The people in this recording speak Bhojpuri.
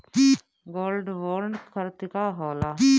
गोल्ड बोंड करतिं का होला?